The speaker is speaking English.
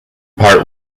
part